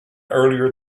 earlier